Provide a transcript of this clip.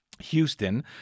Houston